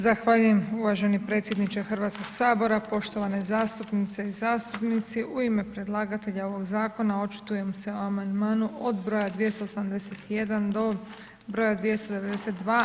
Zahvaljujem uvaženi predsjedniče Hrvatskog sabora, poštovane zastupnice i zastupnici u ime predlagatelja ovog zakona očitujem se o amandmanu od broja 281. do broja 292.